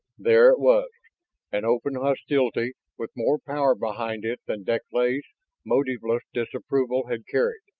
there it was an open hostility with more power behind it than deklay's motiveless disapproval had carried.